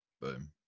Boom